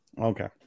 Okay